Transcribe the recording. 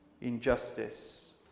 injustice